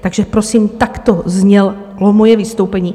Takže prosím takto znělo moje vystoupení.